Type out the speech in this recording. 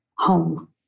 Home